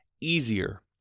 easier